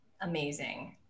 Amazing